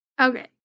Okay